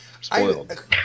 spoiled